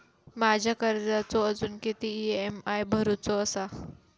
माझ्या कर्जाचो अजून किती ई.एम.आय भरूचो असा?